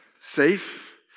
safe